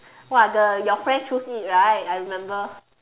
!wah! the your friend choose it right I remember